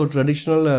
Traditional